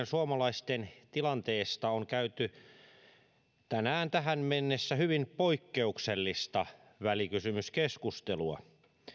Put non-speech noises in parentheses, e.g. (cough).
(unintelligible) suomalaisten tilanteesta on käyty tänään tähän mennessä hyvin poikkeuksellista välikysymyskeskustelua